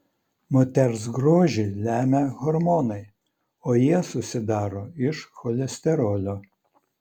moters grožį lemia hormonai o jie susidaro iš cholesterolio